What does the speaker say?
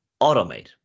automate